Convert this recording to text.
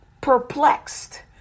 perplexed